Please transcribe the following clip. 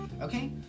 Okay